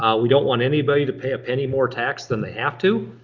ah we don't want anybody to pay a penny more tax than they have to.